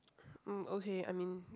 mm okay I mean